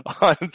on